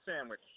sandwich